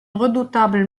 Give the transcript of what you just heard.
redoutable